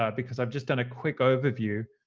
ah because i've just done a quick overview.